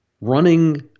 running